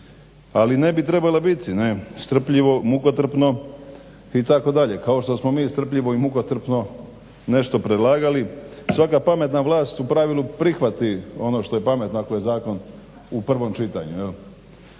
ali ne bi trebala biti. Strpljivo, mukotrpno itd., kao što smo mi strpljivo i mukotrpno nešto predlagali. Svaka pametna vlast u pravilu prihvati ono što je pametno ako je zakon u prvom čitanju